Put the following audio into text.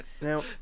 Now